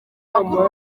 makuru